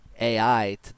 AI